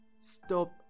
stop